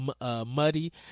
muddy